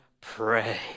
pray